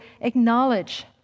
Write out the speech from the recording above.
acknowledge